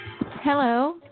hello